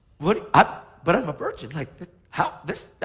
what? ah but i'm a virgin. like how? this?